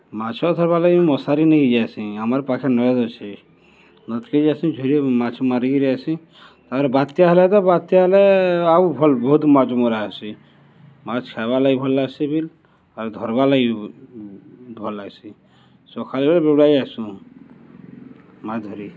ମାଛ ଧର୍ବାର୍ ଲାଗି ମଶାରୀ ନେଇକି ଯାଏସିଁ ଆମର୍ ପାଖେ ନଏଦ୍ ଅଛେ ନଏଦ୍କେ ଯାଏସିଁ ଝୁରି ମାଛ୍ ମାରିକିରି ଆଏସି ତା'ପରେ ବାତ୍ୟା ହେଲା ତ ବାତ୍ୟା ହେଲେ ଆଉ ଭଲ୍ ବହୁତ୍ ମାଛ୍ ମରାହେସି ମାଛ୍ ଖାଏବାର୍ ଲାଗି ଭଲ୍ ଲାଗ୍ସି ବିଲ୍ ଆର୍ ଧର୍ବାର୍ ଲାଗି ବି ଭଲ୍ ଲାଗ୍ସି ସଖାଳ ବେଲେ ବେଲ୍ ବୁଡ଼ା ଯାଏସୁଁ ମାଛ୍ ଧରି